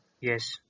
Yes